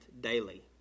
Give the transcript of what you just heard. daily